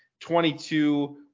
22